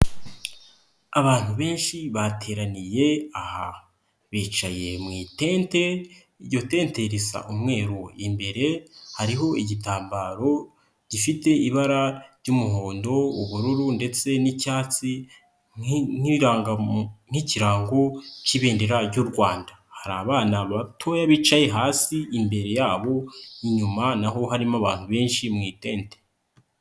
Abantu benshi bateraniye aha, bicaye mu itente iryo tente risa umweru imbere, hariho igitambaro gifite ibara ry'umuhondo, ubururu ndetse n'icyatsi, nk'irangamu nk'ikirango cy'ibendera ry'u Rwanda, hari abana batoya bicaye hasi imbere yabo inyuma n'aho harimo abantu benshi mu itende.